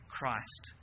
Christ